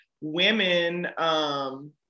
women